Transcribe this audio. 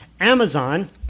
Amazon